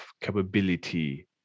capability